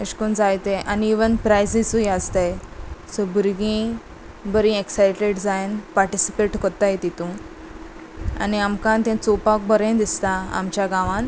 अशें करून जाय ते आनी इवन प्रायसीसूय आसताय सो भुरगीं बरी एक्सायटेड जायन पार्टिसिपेट कोत्ताय तितू आनी आमकां तें चोवपाक बरें दिसता आमच्या गांवान